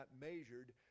measured